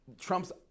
Trump's